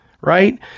Right